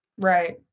Right